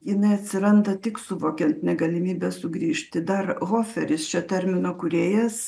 jinai atsiranda tik suvokiant negalimybę sugrįžti dar hoferis šio termino kūrėjas